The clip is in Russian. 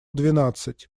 двенадцать